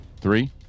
three